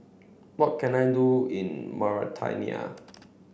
what can I do in Mauritania